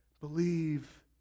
Believe